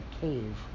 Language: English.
cave